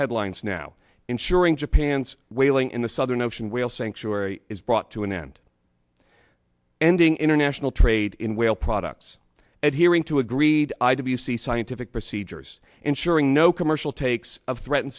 headlines now ensuring japan's whaling in the southern ocean whale sanctuary is brought to an end ending international trade in whale products at hearing two agreed i w c scientific procedures ensuring no commercial takes of threatened